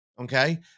Okay